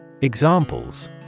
Examples